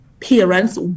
parents